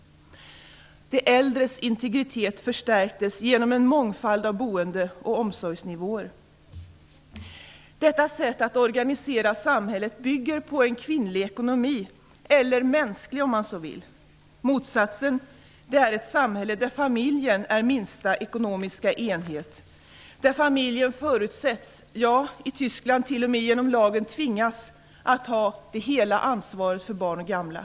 De äldres integritet förstärktes genom en mångfald av boende och omsorgsnivåer. Detta sätt att organisera samhället bygger på en kvinnlig, eller mänsklig om man så vill, ekonomi. Motsatsen är ett samhälle där familjen är minsta ekonomiska enhet och där familjen förutsätts, ja, i Tyskland t.o.m. genom lagen tvingas, att ta hela ansvaret för barn och gamla.